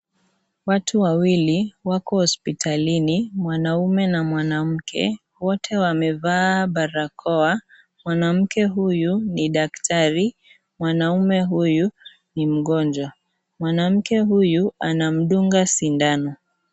Watu wawili wako hospitalini, mwanamme na mwanamke. Wote wamevaa barakoa. Mwanamke huyu ni daktari, mwanamme huyu ni mgonjwa. Mwanamke huyu anamdunga sindano.